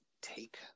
take